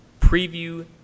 preview